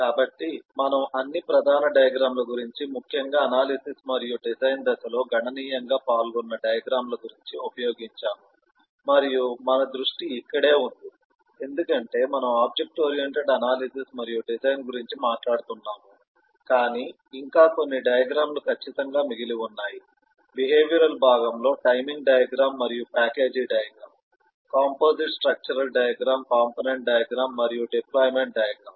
కాబట్టి మనము అన్ని ప్రధాన డయాగ్రమ్ ల గురించి ముఖ్యంగా అనాలిసిస్ మరియు డిజైన్ దశలో గణనీయంగా పాల్గొన్న డయాగ్రమ్ ల గురించి ఉపయోగించాము మరియు మన దృష్టి ఇక్కడే ఉంది ఎందుకంటే మనం ఆబ్జెక్ట్ ఓరియెంటెడ్ అనాలిసిస్ మరియు డిజైన్ గురించి మాట్లాడుతున్నాము కాని ఇంకా కొన్ని డయాగ్రమ్ లు ఖచ్చితంగా మిగిలి ఉన్నాయి బిహేవియరల్ భాగంలో టైమింగ్ డయాగ్రమ్ మరియు package diagram composite structural diagram component diagram మరియు డిప్లొయిమెంట్ డయాగ్రమ్